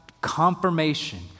confirmation